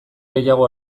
gehiago